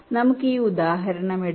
നമുക്ക് ഈ ഉദാഹരണം എടുക്കാം